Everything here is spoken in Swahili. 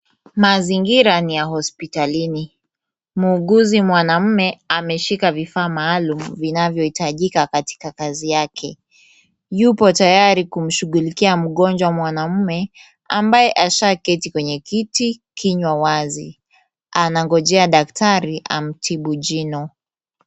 Mazingira ni ya hospitalini. Muuguzi mwanaume ameshika vifaa maalum vinavyo hitajika katika kazi yake. Yupo tayari kumshughulikia mgonjwa mwanaume ambaye ashaketi kwenye kiti kinywa wazi. Anangojea daktari amtibu jino.